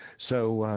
so,